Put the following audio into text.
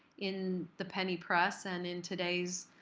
in the penny press and in today's